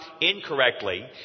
incorrectly